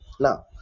Now